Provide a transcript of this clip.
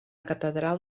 catedral